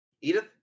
Edith